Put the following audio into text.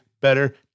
better